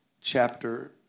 chapter